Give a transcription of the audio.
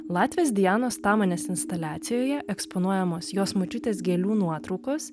latvės dianos tamanės instaliacijoje eksponuojamos jos močiutės gėlių nuotraukos